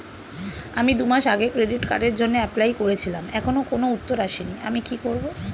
আমি দুমাস আগে ক্রেডিট কার্ডের জন্যে এপ্লাই করেছিলাম এখনো কোনো উত্তর আসেনি আমি কি করব?